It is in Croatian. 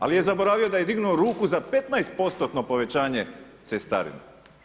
Ali je zaboravio da je dignuo ruku za 15%-tno povećanje cestarina.